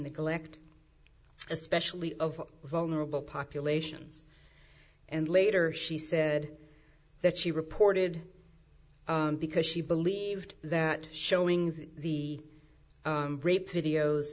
neglect especially of vulnerable populations and later she said that she reported because she believed that showing the rape videos